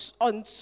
On